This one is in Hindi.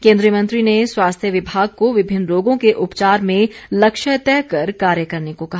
केंद्रीय मंत्री ने स्वास्थ्य विभाग को विभिन्न रोगों के उपचार में लक्ष्य तय कर कार्य करने को कहा